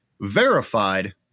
verified